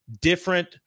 different